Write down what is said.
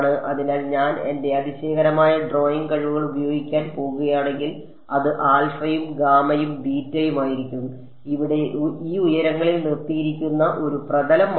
അതിനാൽ ഞാൻ എന്റെ അതിശയകരമായ ഡ്രോയിംഗ് കഴിവുകൾ ഉപയോഗിക്കാൻ പോകുകയാണെങ്കിൽ അത് ആൽഫയും ഗാമയും ബീറ്റയും ആയിരിക്കും ഇവിടെ ഈ ഉയരങ്ങളിൽ നിർത്തിയിരിക്കുന്ന ഒരു പ്രതലംമാണിത്